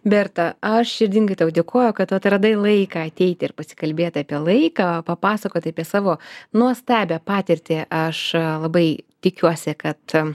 berta aš širdingai tau dėkoju kad atradai laiką ateiti ir pasikalbėt apie laiką papasakoti apie savo nuostabią patirtį aš labai tikiuosi kad